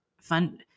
fun